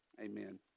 Amen